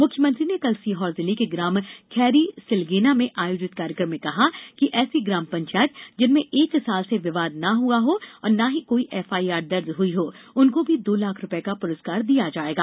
मुख्यमंत्री ने कल सीहोर जिले के ग्राम खैरी सिलगेना में आयोजित कार्यक्रम में कहा कि ऐसी ग्राम पंचायत जिसमें एक साल से विवाद न हुआ हो और न ही कोई एफआईआर दर्ज हुई हो को भी दो लाख रुपये का पुरस्कार दिया जायेगा